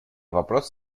вопрос